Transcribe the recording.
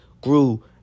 grew